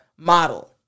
model